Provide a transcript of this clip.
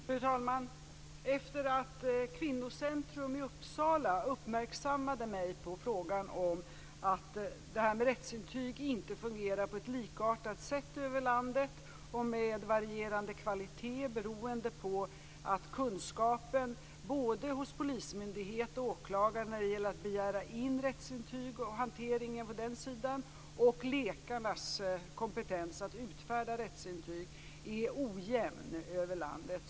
Fru talman! Kvinnocentrum i Uppsala har uppmärksammat mig på frågan att detta med rättsintyg inte fungerar på ett likartat sätt över landet och att rättsintygen är av varierande kvalitet. Det beror på att polismyndigheters och åklagares kunskaper när det gäller att begära in och hantera rättsintyg och läkarnas kompetens att utfärda rättsintyg är ojämn över landet.